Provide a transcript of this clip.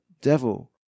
devil